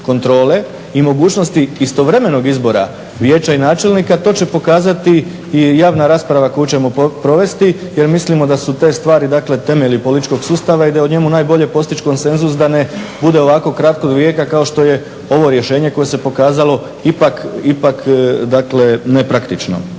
i mogućnosti istovremenog izbora vijeća i načelnika to će pokazati i javna rasprava koju ćemo provesti jer mislimo da su te stvari, dakle temelji političkog sustava i da je o njemu najbolje postići konsenzus da ne bude ovako kratkog vijeka kao što je ovo rješenje koje se pokazalo ipak, dakle nepraktično.